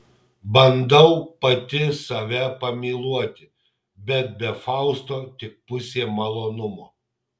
bandau pati save pamyluoti bet be fausto tik pusė malonumo